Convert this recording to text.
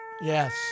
Yes